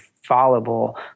Fallible